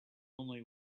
only